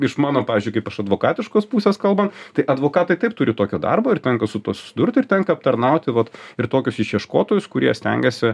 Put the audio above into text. iš mano pavyzdžiui kaip iš advokatiškos pusės kalbant tai advokatai taip turi tokio darbo ir tenka su tuo susidurti ir tenka aptarnauti vat ir tokius išieškotojus kurie stengiasi